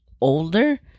older